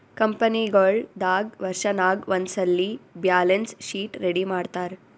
ಕಂಪನಿಗೊಳ್ ದಾಗ್ ವರ್ಷನಾಗ್ ಒಂದ್ಸಲ್ಲಿ ಬ್ಯಾಲೆನ್ಸ್ ಶೀಟ್ ರೆಡಿ ಮಾಡ್ತಾರ್